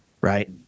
right